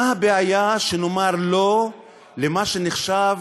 מה הבעיה שנאמר "לא" למה שנחשב